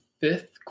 fifth